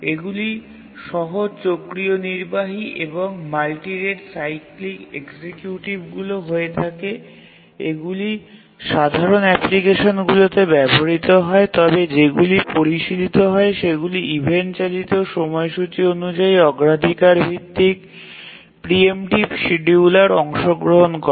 এগুলি সহজ চক্রীয় নির্বাহী এবং মাল্টি রেট সাইক্লিক এক্সিকিউটিভগুলি করে থাকে এগুলি সাধারণ অ্যাপ্লিকেশনগুলিতে ব্যবহৃত হয় তবে যেগুলি পরিশীলিত হয় সেগুলি ইভেন্ট চালিত সময়সূচী অনুযায়ী অগ্রাধিকার ভিত্তিক প্রি এমটিভ শিডিউলার অংশগ্রহন করে